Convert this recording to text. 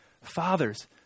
Fathers